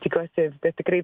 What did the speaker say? tikiuosi kad tikrai